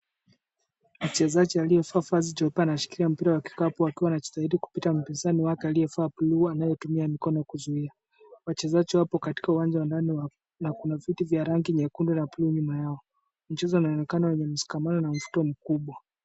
Mchezaji aliyevaa vazi jeupe anashikilia mpira wa kikapu akiwa anajitahidi kupita mpizani wake aliyevaa buluu anayetumia mikono kuzuia. Wachezaji wapo katika uwanja wa ndani na kuna viti vya rangi nyekundu na buluu nyuma yao. Mchezo unaonekana wenye mshikamano na mvuto mkubwa.